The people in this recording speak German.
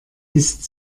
ist